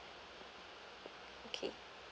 okay